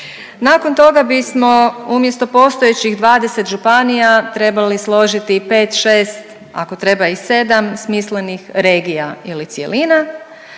Nakon toga bismo umjesto postojećih 20 županija trebali složiti pet, šest ako treba i sedam smislenih regija ili cjelina,